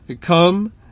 Come